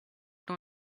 know